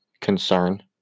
concern